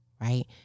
right